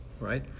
right